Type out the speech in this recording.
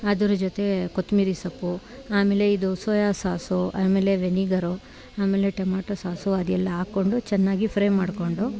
ಅದರ ಜೊತೆ ಕೊತ್ತಂಬ್ರಿ ಸೊಪ್ಪು ಆಮೇಲೆ ಇದು ಸೋಯಾ ಸಾಸು ಆಮೇಲೆ ವೆನಿಗರು ಆಮೇಲೆ ಟೊಮ್ಯಾಟೋ ಸಾಸು ಅದೆಲ್ಲ ಹಾಕ್ಕೊಂಡು ಚೆನ್ನಾಗಿ ಫ್ರೈ ಮಾಡ್ಕೊಂಡು